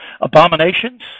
abominations